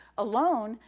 alone,